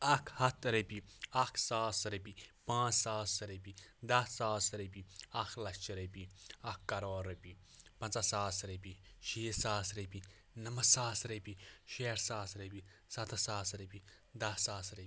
اَکھ ہَتھ رۄپیہِ اَکھ ساس رۄپیہِ پانٛژھ ساس رۄپیہِ دٔہ ساس رۄپیہِ اَکھ لَچھ رۄپیہِ اَکھ کَرور رۄپیہِ پنٛژاہ ساس رۄپیہِ شیٖتھ ساس رۄپیہِ نَمَتھ ساس رۄپیہِ شیٹھ ساس رۄپیہِ سَتَتھ ساس رۄپیہِ دٔہ ساس رۄپیہِ